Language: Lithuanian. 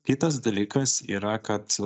kitas dalykas yra kad